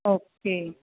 okay